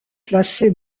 classée